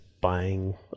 buying